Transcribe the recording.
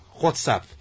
WhatsApp